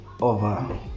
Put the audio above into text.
over